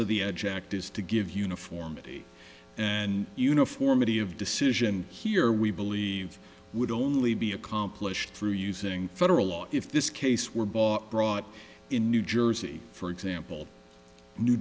of the edge act is to give uniformity and uniformity of decision here we believe would only be accomplished through using federal law if this case were brought in new jersey for example new